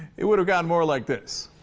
it would have gone more like this